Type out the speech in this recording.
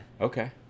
Okay